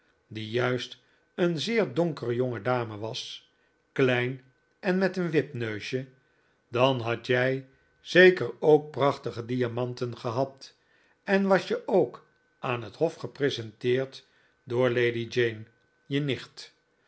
en met een wipneusje dan had jij zeker ook prachtige diamanten gehad en was je ook aan het hof gepresenteerd door lady jane je nicht